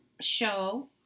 show